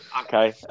Okay